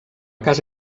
cas